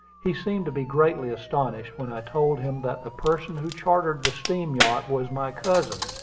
he seemed to be greatly astonished when i told him that the person who chartered the steam-yacht was my cousin,